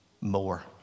more